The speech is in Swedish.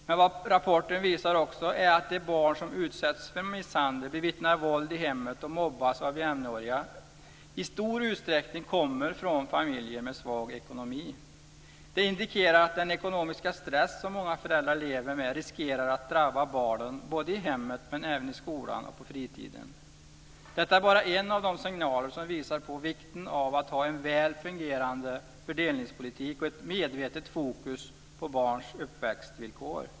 Men vad rapporten visar är också att de barn som utsätts för misshandel, bevittnar våld i hemmet eller mobbas av jämnåriga i stor utsträckning kommer från familjer med svag ekonomi. Det indikerar att den ekonomiska stress som många föräldrar lever med riskerar att drabba barnen i hemmet men även i skolan och på fritiden. Detta är bara en av de signaler som visar på vikten av att ha en väl fungerande fördelningspolitk och ett medvetet fokus på barns uppväxtvillkor.